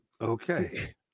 Okay